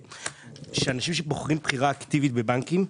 אנשים שבוחרים בחירה אקטיבית בבנקים,